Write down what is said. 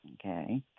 Okay